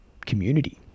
community